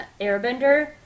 Airbender